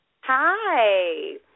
Hi